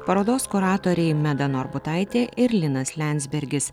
parodos kuratoriai meda norbutaitė ir linas liandsbergis